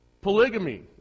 Polygamy